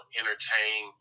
entertain